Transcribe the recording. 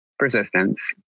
persistence